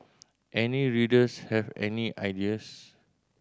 any readers have any ideas